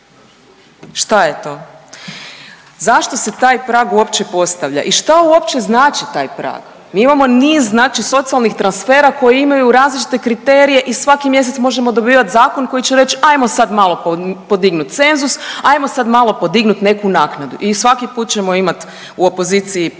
Šta je to? Zašto se taj prag uopće postavlja i šta uopće znači taj prag? Mi imamo niz znači socijalnih transfera koji imaju različite kriterije i svaki mjesec možemo dobivati zakon koji će reći, ajmo sad malo podignuti cenzus, ajmo sad malo podignut neku naknadu i svaki put ćemo imat u opoziciji pljesak